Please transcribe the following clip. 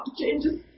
changes